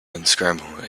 unscramble